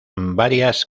varias